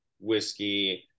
Whiskey